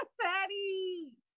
Patty